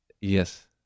Yes